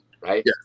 right